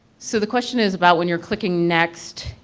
so the question is about, when you're clicking next,